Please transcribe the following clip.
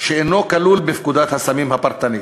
שאינו כלול בפקודת הסמים הפרטנית.